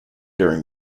during